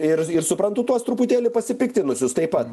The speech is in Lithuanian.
ir ir suprantu tuos truputėlį pasipiktinusius taip pat